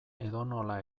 edonola